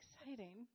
exciting